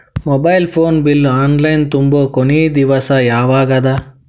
Mobile phone bill online ತುಂಬೊ ಕೊನಿ ದಿವಸ ಯಾವಗದ?